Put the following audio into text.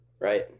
right